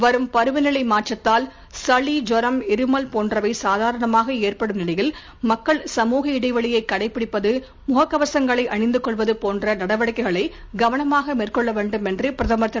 வரும் பருவ நிலை மாற்றத்தால் சளி ஜூரம் இருமல் போன்றவை சாதாரணமாக ஏற்படும் நிலையில் மக்கள் சமுக இடைவெளியைக் கடைபிடிப்பது முக கவசங்களை அணிந்து கொள்வது போன்ற நடவடிக்கைகளை கவனமாக மேற்கொள்ள வேண்டும் என்று பிரதமர் திரு